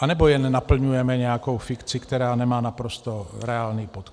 Anebo jen naplňujeme nějakou fikci, která nemá naprosto reálný podklad?